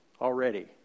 already